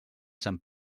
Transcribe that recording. sant